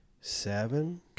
seven